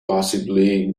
possibly